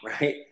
right